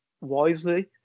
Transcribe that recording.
wisely